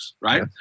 Right